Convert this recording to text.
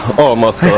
almost